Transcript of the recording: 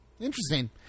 Interesting